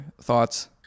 thoughts